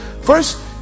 First